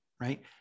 right